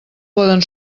poden